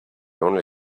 only